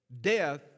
death